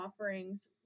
offerings